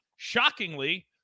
shockingly